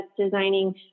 designing